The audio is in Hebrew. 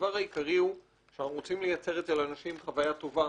הדבר העיקרי הוא שאנחנו רוצים לייצר אצל האנשים חוויה טובה,